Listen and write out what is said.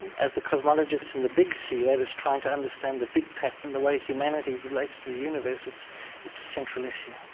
as a cosmologist in the big c, they're just trying to understand the big pattern, the way humanity relates to the universe. it's it's a central issue